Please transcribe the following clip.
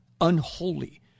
unholy